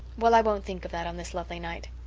well, i won't think of that on this lovely night.